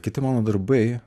kiti mano darbai